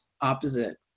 opposite